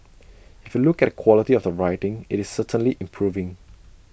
if you look at quality of the writing IT is certainly improving